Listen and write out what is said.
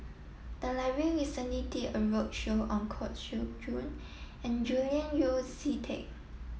the library recently did a roadshow on Koh Seow Chuan and Julian Yeo See Teck